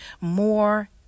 more